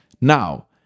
Now